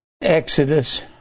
Exodus